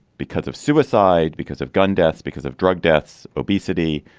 because of suicide, because of gun deaths, because of drug deaths, obesity,